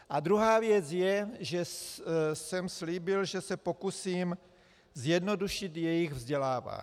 A druhá věc je, že jsem slíbil, že se pokusím zjednodušit jejich vzdělávání.